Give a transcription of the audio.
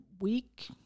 week